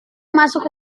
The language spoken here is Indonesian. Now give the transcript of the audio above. masuk